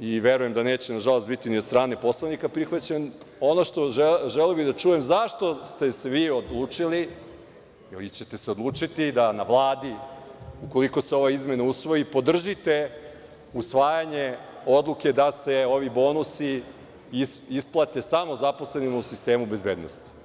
i verujem da neće nažalost biti ni od strane poslanika prihvaćen, zašto ste se vi odlučili ili ćete se odlučiti da na Vladi, ukoliko se ova izmena usvoji, podržite usvajanje odluke da se ovi bonusi isplate samo zaposlenima u sistemu bezbednosti?